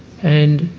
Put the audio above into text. and